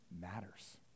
matters